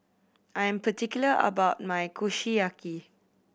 I am particular about my Kushiyaki